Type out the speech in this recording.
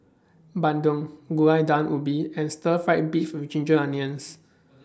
Bandung Gulai Daun Ubi and Stir Fried Beef with Ginger Onions